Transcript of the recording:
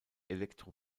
elektro